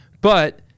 But-